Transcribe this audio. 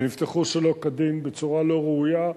שנפתחו שלא כדין, בצורה לא ראויה.